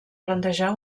plantejar